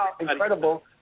incredible